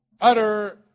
utter